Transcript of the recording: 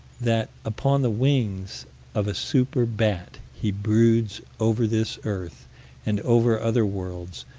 that upon the wings of a super-bat, he broods over this earth and over other worlds,